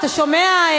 אתה שומע,